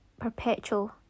perpetual